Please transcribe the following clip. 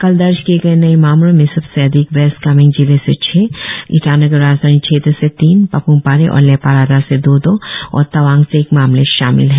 कल दर्ज किए नए मामलों में सबसे अधिक वेस्ट कामेंग जिले से छह ईटानगर राजधानी क्षेत्र से तीन पाप्मपारे और लेपारादा से दो दो और तवांग से एक मामले शामिल हैं